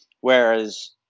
whereas